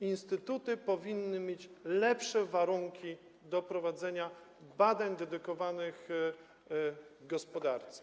Instytuty powinny mieć lepsze warunki do prowadzenia badań dedykowanych gospodarce.